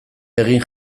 egin